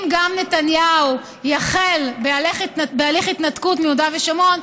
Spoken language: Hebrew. אם גם נתניהו יחל בהליך התנתקות מיהודה ושומרון,